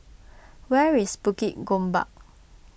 where is Bukit Gombak